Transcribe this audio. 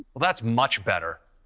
that's much better.